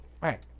right